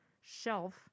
shelf